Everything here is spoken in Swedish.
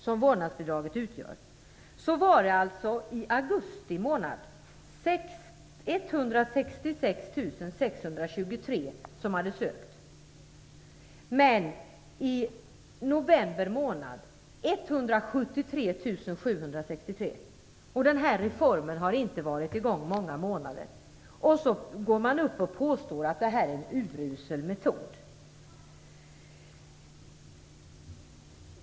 november var det 173 763. Den här reformen har inte varit i gång många månader. Ändock säger man att det är en urusel metod.